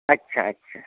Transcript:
अच्छा अच्छा